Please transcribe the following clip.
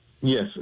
Yes